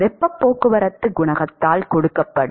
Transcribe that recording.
வெப்பப் போக்குவரத்துக் குணகத்தால் கொடுக்கப்படும்